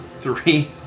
three